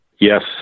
Yes